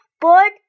board